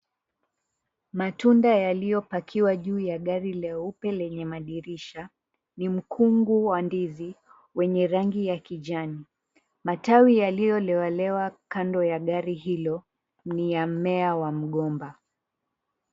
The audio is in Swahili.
Matunda yaliyopakiwa juu ya gari leupe lenye madirisha ni mkungu wa ndizi wenye rangi ya kijani. Matawi yaliyolewalewa kando ya gari hilo ni ya mmea wa mgomba.